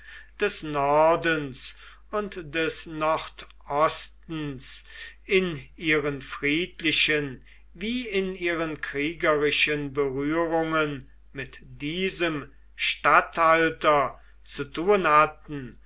des nordens und des nordostens in ihren friedlichen wie in ihren kriegerischen berührungen mit diesem statthalter zu tun hatten